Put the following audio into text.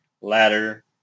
Ladder